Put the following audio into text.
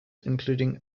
including